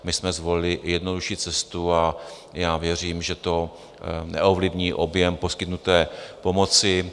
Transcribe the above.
My jsme zvolili jednodušší cestu a já věřím, že to neovlivní objem poskytnuté pomoci.